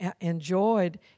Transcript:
enjoyed